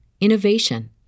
innovation